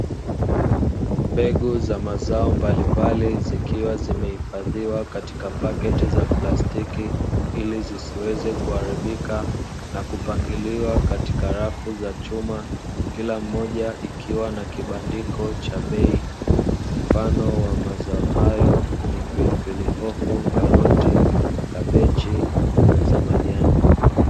Mbegu za mazao mbalimbali zikiwa zimehifadhiwa katika pakiti za plastiki, ili zisiweze kuharibika na kupangiliwa katika rafu za chuma kila mmoja ikiwa na kibandiko cha bei mfano wa mazao hayo ni pilipili hoho, karoti, kabichi na mboga za majani.